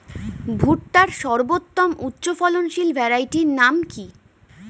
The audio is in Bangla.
ভুট্টার সর্বোত্তম উচ্চফলনশীল ভ্যারাইটির নাম কি?